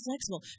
flexible